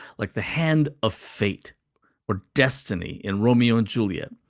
like the hand of fate or destiny in romeo and juliet,